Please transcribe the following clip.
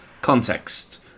context-